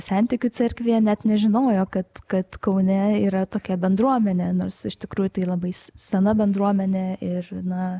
sentikių cerkvėje net nežinojo kad kad kaune yra tokia bendruomenė nors iš tikrųjų tai labai sena bendruomenė ir na